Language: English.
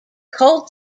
cold